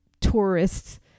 tourists